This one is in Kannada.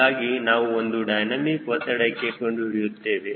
ಹೀಗಾಗಿ ನಾವು ಒಂದು ಡೈನಮಿಕ್ ಒತ್ತಡಕ್ಕೆ ಕಂಡು ಹಿಡಿಯುತ್ತೇವೆ